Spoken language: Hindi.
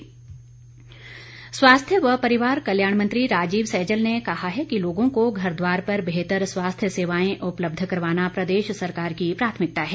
राजीव सैजल स्वास्थ्य व परिवार कल्याण मंत्री राजीव सैजल ने कहा है कि लोगों को घर द्वार पर बेहतर स्वास्थ्य सेवाएं उपलब्ध करवाना प्रदेश सरकार की प्राथमिकता है